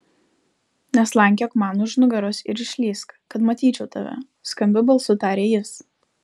neslankiok man už nugaros ir išlįsk kad matyčiau tave skambiu balsu tarė jis